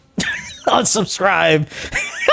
unsubscribe